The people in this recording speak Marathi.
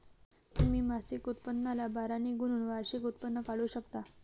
तुम्ही मासिक उत्पन्नाला बारा ने गुणून वार्षिक उत्पन्न काढू शकता